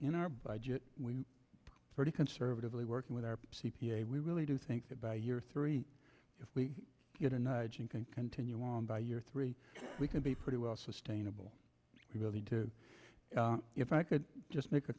in our budget we pretty conservatively working with our c p a we really do think that by year three if we get a nudge and continue on by year three we could be pretty well sustainable really to if i could just make a